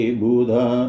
buddha